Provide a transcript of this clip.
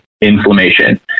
inflammation